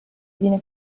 viene